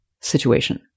situation